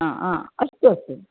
हा आ अस्तु अस्तु